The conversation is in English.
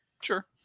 Sure